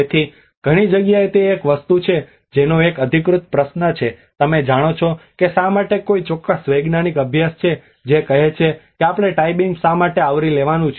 તેથી ઘણી જગ્યાએ તે એક વસ્તુ છે જેનો એક અધિકૃત પ્રશ્ન છે તમે જાણો છો કે શા માટે કોઈ ચોક્કસ વૈજ્ઞાનિક અભ્યાસ છે જે કહે છે કે આપણે ટાઇ બીમ શા માટે આવરી લેવાનું છે